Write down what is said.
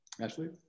Ashley